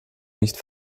nicht